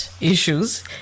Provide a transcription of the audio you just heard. issues